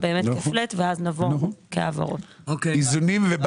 אבל הם רשאים להביא העברה תקציבית